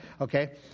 okay